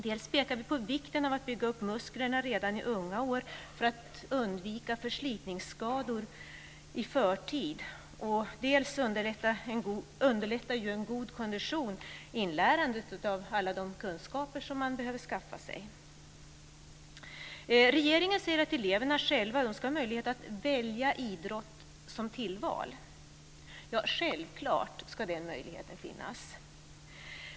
Dels pekar vi på vikten av att bygga upp musklerna redan i unga år för att undvika förslitningsskador i förtid, dels underlättar en god kondition inlärandet av alla de kunskaper man behöver skaffa sig. Regeringen säger att eleverna själva önskar ha möjlighet att välja idrott som tillval. Självklart ska den möjligheten finnas.